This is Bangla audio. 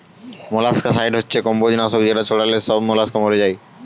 মোলাস্কাসাইড হচ্ছে কম্বোজ নাশক যেটা ছড়ালে সব মোলাস্কা মরে যায়